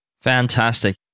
Fantastic